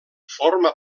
forma